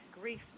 grief